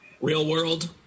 Real-world